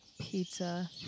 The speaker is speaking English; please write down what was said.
Pizza